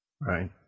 Right